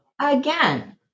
again